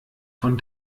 von